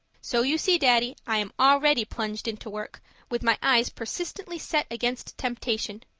so you see, daddy, i am already plunged into work with my eyes persistently set against temptation.